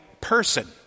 person